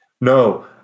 No